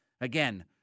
again